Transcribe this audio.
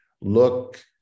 look